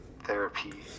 therapy